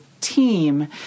team